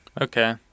Okay